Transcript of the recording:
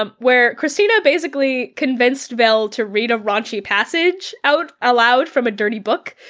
um where kristina basically convinced belle to read a raunchy passage out aloud from a dirty book,